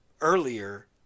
earlier